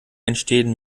entstehen